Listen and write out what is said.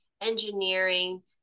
engineering